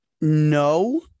No